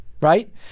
right